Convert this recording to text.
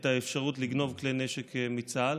את האפשרות לגנוב כלי נשק מצה"ל.